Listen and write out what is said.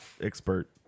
expert